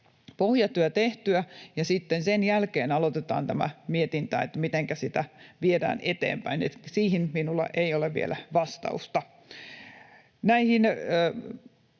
pohjatyö tehtyä, ja sitten sen jälkeen aloitetaan tämä mietintä, mitenkä sitä viedään eteenpäin, eli siihen minulla ei ole vielä vastausta.